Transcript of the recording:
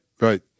right